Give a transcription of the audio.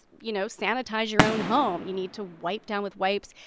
you know, sanitize your own home. you need to wipe down with wipes.